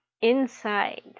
inside